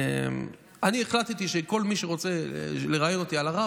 אני החלטתי שכל מי שרוצה לראיין אותי על הרב,